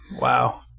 Wow